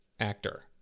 actor